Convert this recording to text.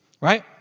right